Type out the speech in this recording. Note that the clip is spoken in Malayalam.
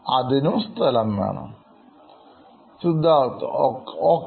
അതിനു സ്ഥലം വേണം Siddharth ഒക്കെ